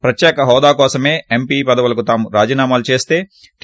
ప్రత్యేక హోదా కోసమే ఎంపీ పదవులకు తాము రాజీనామాలు చేస్త టి